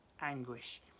anguish